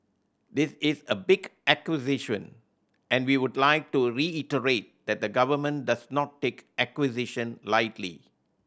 this is a big acquisition and we would like to reiterate that the government does not take acquisition lightly